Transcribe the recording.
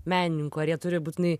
menininkų ar jie turi būtinai